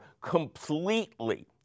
completely